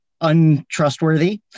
untrustworthy